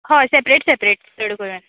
हय separate separate चड करून